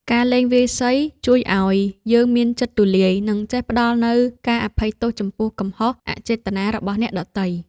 ការលេងវាយសីជួយឱ្យយើងមានចិត្តទូលាយ និងចេះផ្ដល់នូវការអភ័យទោសចំពោះកំហុសអចេតនារបស់អ្នកដទៃ។